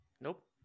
Nope